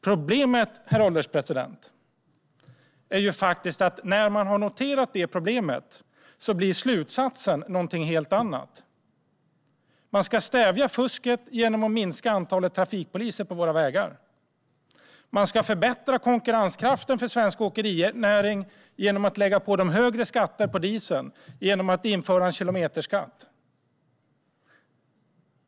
Problemet är att slutsatsen blir någonting helt annat, herr ålderspresident. Man ska stävja fusket genom att minska antalet trafikpoliser på våra vägar. Man ska förbättra konkurrenskraften för svensk åkerinäring genom att lägga på högre skatter på dieseln och införa en kilometerskatt.